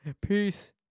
Peace